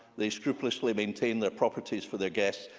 they scrupulously maintain their properties for their guests,